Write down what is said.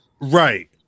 Right